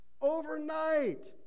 Overnight